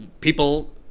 people